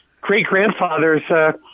great-grandfathers